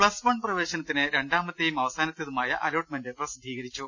plus one പ്രവേശനത്തിന് രണ്ടാമത്തേയും അവസാനത്തേതു മായ അലോട്ട്മെന്റ് പ്രസിദ്ധീകരിച്ചു